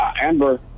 Amber